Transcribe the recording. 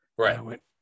Right